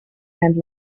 and